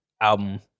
album